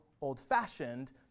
old-fashioned